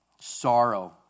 sorrow